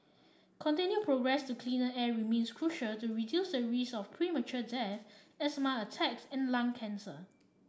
continued progress to cleaner air remains crucial to reduce the risk of premature death asthma attacks and lung cancer